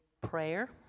prayer